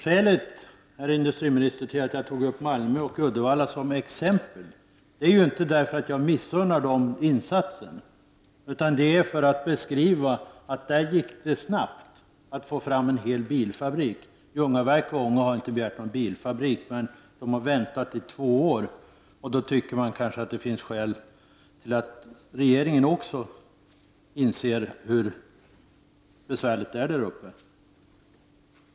Herr talman! Skälet till att jag nämnde Malmö och Uddevalla som exempel, herr industriminister, är ju inte att jag missunnar dessa orter insatser, utan för att beskriva att det i det fallet gick snabbt att fatta beslut om en hel bilfabrik. Ljungaverk och Ånge har inte begärt att få någon bilfabrik, men de har väntat i två år på besked. Då tycker jag kanske att det finns skäl för regeringen att också inse hur besvärligt läget där uppe är.